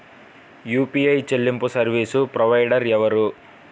UPI చెల్లింపు service provider ఎవరు?